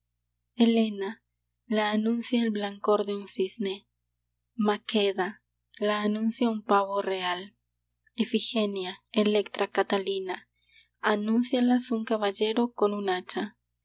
helena la anuncia el blancor de un cisne makheda la anuncia un pavo real ifigenia electra catalina anúncialas un caballero con un hacha